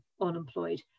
unemployed